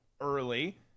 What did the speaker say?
early